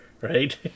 right